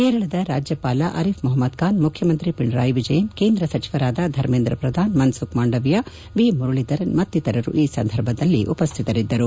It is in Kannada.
ಕೇರಳದ ರಾಜ್ಯಪಾಲ ಅರೀಫ್ ಮೊಹ್ಮದ್ಖಾನ್ ಮುಖ್ಯಮಂತ್ರಿ ಪಿಣರಾಯಿ ವಿಜಯನ್ ಕೇಂದ್ರ ಸಚಿವರಾದ ಧರ್ಮೇಂದ್ರ ಪ್ರಧಾನ್ ಮನ್ಸುಖ್ ಮಾಂಡವಿಯಾ ವಿ ಮುರಳೀಧರನ್ ಮತ್ತಿತರರು ಈ ಸಂದರ್ಭದಲ್ಲಿ ಉಪಸ್ಥಿತರಿದ್ದರು